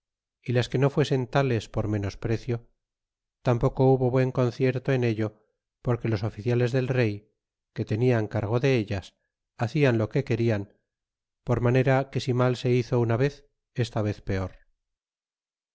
y las que no fuesen tales por menos precio tampoco hubo buen concierto en ello porque los oficiales del rey que tenian cargo de ellas hacian lo que querian por manera que si mal se hizo una vez esta vez peor